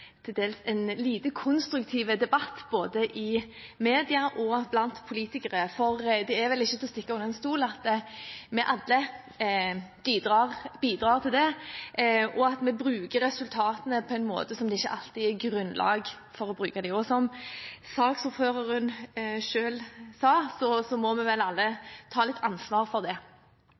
til dels lite konstruktiv debatt både i media og blant politikere. Det er vel ikke til å stikke under stol at vi alle bidrar til det, og at vi bruker resultatene på en måte som det ikke alltid er grunnlag for. Som saksordføreren selv sa, må vi vel alle ta ansvar for det.